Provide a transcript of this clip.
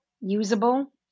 usable